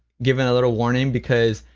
given a little warning because,